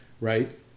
right